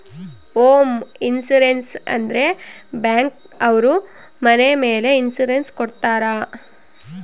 home insurance ಅಂದ್ರೆ bank ಅವ್ರು ಮನೆ ಮೇಲೆ ಇನ್ಸೂರೆನ್ಸ್ ಕೊಡ್ತಾರ